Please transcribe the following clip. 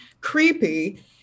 creepy